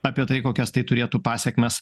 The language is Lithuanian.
apie tai kokias tai turėtų pasekmes